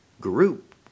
group